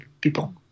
people